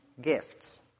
gifts